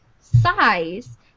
size